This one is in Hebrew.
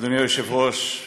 אדוני היושב-ראש,